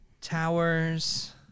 Towers